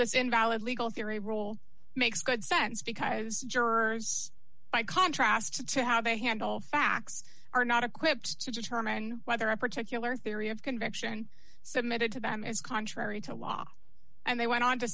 this invalid legal theory role makes good sense because jurors by contrast to how they handle facts are not equipped to determine whether a particular theory of conviction submitted to them is contrary to law and they went on to